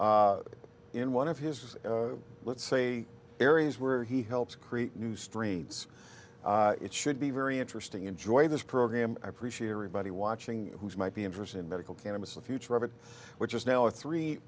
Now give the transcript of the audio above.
in one of his let's say areas where he helps create new straits it should be very interesting enjoy this program i appreciate everybody watching who's might be interested in medical cannabis the future of it which is now a three